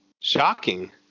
Shocking